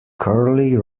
curly